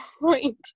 point